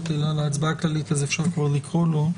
אלא להצבעה הכללית אז אפשר כבר לקרוא לו.